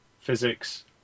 physics